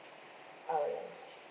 our language